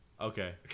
Okay